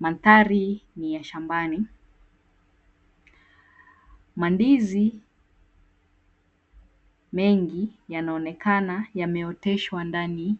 Mandhari ni ya shambani, mandizi mengi yanaonekana yameoteshwa ndani